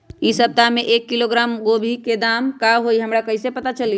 इ सप्ताह में एक किलोग्राम गोभी के दाम का हई हमरा कईसे पता चली?